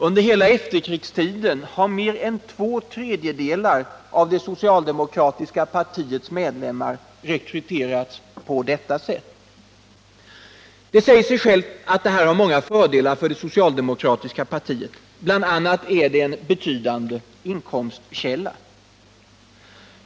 Under hela efterkrigstiden har mer än två tredjedelar av det socialdemokratiska partiets medlemmar rekryterats på detta sätt. Det säger sig självt att detta har många fördelar för det socialdemokratiska partiet. Bl. a. är det en betydande inkomstkälla.